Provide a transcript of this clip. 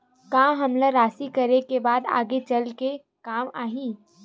का हमला राशि करे के बाद आगे चल के काम आही?